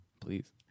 please